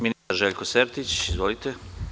Ministar Željko Sertić, izvolite.